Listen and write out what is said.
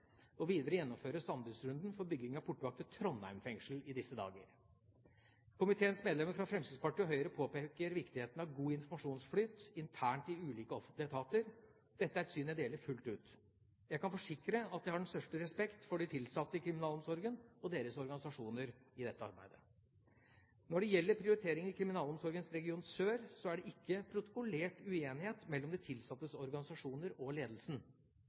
Videre gjennomføres anbudsrunden for bygging av portvakt ved Trondheim fengsel i disse dager. Komiteens medlemmer fra Fremskrittspartiet og Høyre påpeker viktigheten av god informasjonsflyt internt i ulike offentlige etater. Dette er et syn jeg deler fullt ut. Jeg kan forsikre at jeg har den største respekt for de tilsatte i kriminalomsorgen og deres organisasjoner i dette arbeidet. Når det gjelder prioriteringer i Kriminalomsorgen region sør, er det ikke protokollert uenighet mellom de tilsattes organisasjoner og ledelsen.